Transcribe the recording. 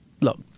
Look